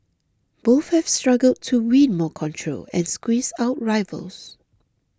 both have struggled to win more control and squeeze out rivals